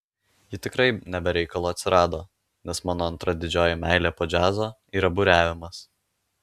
ji tikrai ne be reikalo atsirado nes mano antra didžioji meilė po džiazo yra buriavimas